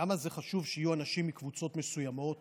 למה זה חשוב שיהיו אנשים מקבוצות מסוימות